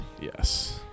yes